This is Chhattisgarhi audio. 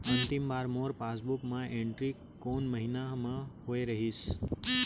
अंतिम बार मोर पासबुक मा एंट्री कोन महीना म होय रहिस?